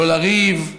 לא לריב,